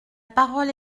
parole